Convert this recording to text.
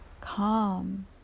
calm